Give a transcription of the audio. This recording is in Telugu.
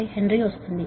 1675 హెన్రీ వస్తోంది